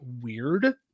weird